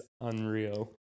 unreal